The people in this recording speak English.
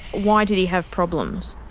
why did he have problems?